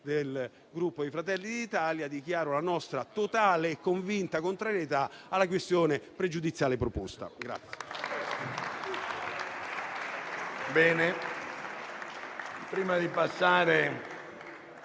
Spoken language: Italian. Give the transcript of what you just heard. del Gruppo Fratelli d'Italia, dichiaro la totale e convinta contrarietà alla questione pregiudiziale proposta.